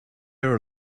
are